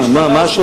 מה, מה השאלה?